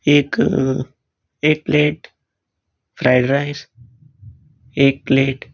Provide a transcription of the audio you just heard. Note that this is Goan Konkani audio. एक एक प्लेट फ्रायड रायस एक प्लेट